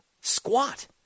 squat